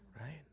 Right